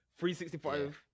365